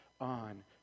on